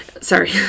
Sorry